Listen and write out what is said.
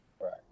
Right